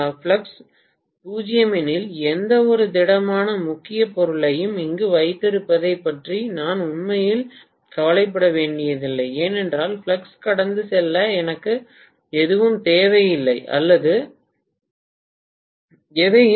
flux 0 எனில் எந்தவொரு திடமான முக்கிய பொருளையும் இங்கு வைத்திருப்பதைப் பற்றி நான் உண்மையில் கவலைப்பட வேண்டியதில்லை ஏனென்றால் ஃப்ளக்ஸ் கடந்து செல்ல எனக்கு எதுவும் தேவையில்லை அல்லது எதையும்